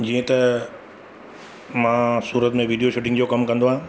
जीअं त मां सूरत में वीडियो शूटिंग जो कमु कंदो आहियां